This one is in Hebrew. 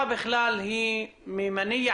נותר